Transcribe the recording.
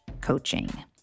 coaching